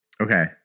Okay